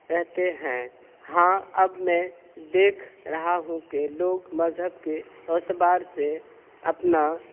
رہتے ہیں ہاں اب میں دیکھ رہا ہوں کہ لوگ مذہب کے اعتبار سے اپنا